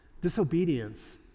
disobedience